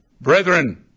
Brethren